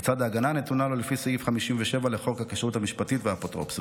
בצד ההגנה הנתונה לו לפי סעיף 57 לחוק הכשרות המשפטית והאפוטרופסות.